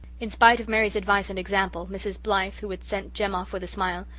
in spite of mary's advice and example mrs. blythe, who had sent jem off with a smile,